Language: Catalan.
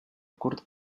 curt